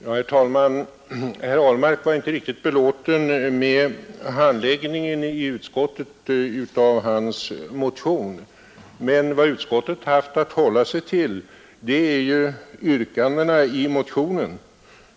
Herr talman! Herr Ahlmark var inte riktigt belåten med handläggningen i utskottet av hans motion, men vad utskottet haft att hålla sig till är ju yrkandet i motionen.